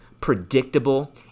predictable